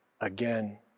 again